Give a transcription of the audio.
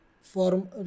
form